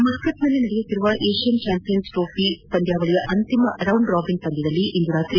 ಮಸ್ತತ್ನಲ್ಲಿ ನಡೆಯುತ್ತಿರುವ Asian champions trophy ಪಂದ್ನಾವಳಿಯ ಅಂತಿಮ ರೌಂಡ್ ರಾಬಿನ್ ಪಂದ್ನದಲ್ಲಿ ಇಂದು ರಾತ್ರಿ